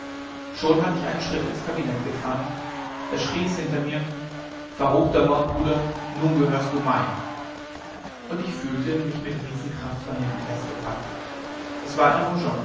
schon hatte ich einen schritt ins kabinett getan da schrie es hinter mir verruchter mordbruder nun gehörst du mein und ich fühlte mich mit riesenkraft von hinten festgepackt es war